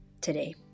today